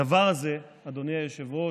הדבר הזה, אדוני היושב-ראש,